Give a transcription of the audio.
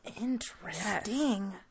interesting